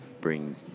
bring